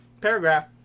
Paragraph